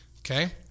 Okay